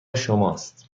شماست